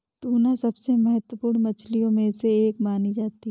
tuna सबसे महत्त्वपूर्ण मछलियों में से एक मानी जाती है